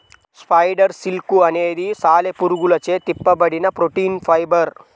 spider silk అనేది సాలెపురుగులచే తిప్పబడిన ప్రోటీన్ ఫైబర్